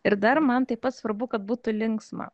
ir dar man taip pat svarbu kad būtų linksma